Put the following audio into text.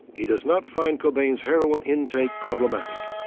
he does not find cobain's heroin intake problematic.